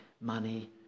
money